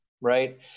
right